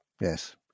yes